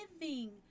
living